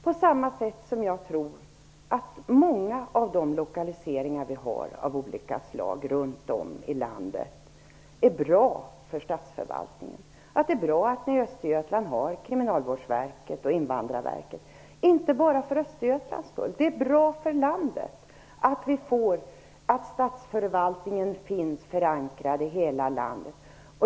Jag tror på samma sätt att många av de lokaliseringar som finns runt om i landet är bra för statsförvaltningen. Det är bra att Östergötland har Kriminalvårdsverket och Invandrarverket - inte bara för Östergötlands skull, utan det är bra för landet att statsförvaltningen finns förankrad i hela landet.